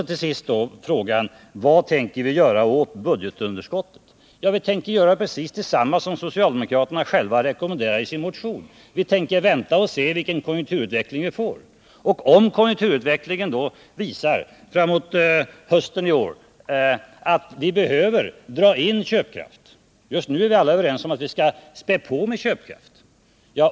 Till sist till frågan om vad vi tänker göra åt budgetunderskottet. Ja, vi tänker göra precis detsamma som socialdemokraterna själva rekommenderar isin motion: Vi tänker först vänta och se vilken konjunkturutveckling vi får och om konjukturutvecklingen framåt hösten i år visar att vi behöver dra in köpkraft. Men just nu är alla överens om att vi i stället behöver stimulera köpkraften.